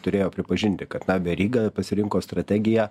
turėjo pripažinti kad na veryga pasirinko strategiją